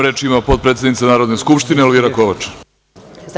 Reč ima potpredsednica Narodne skupštine Elvira Kovač.